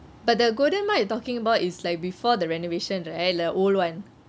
but the golden mile you talking about is like before the renovation right the old one